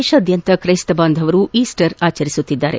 ದೇಶಾದ್ಯಂತ ತ್ರೈಸ್ತ ಬಾಂಧವರು ಈಸ್ಸರ್ ಆಚರಿಸುತ್ತಿದ್ದಾರೆ